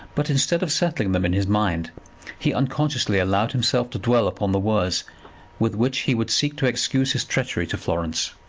but instead of settling them in his mind he unconsciously allowed himself to dwell upon the words with which he would seek to excuse his treachery to florence.